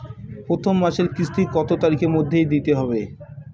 প্রথম মাসের কিস্তি কত তারিখের মধ্যেই দিতে হবে?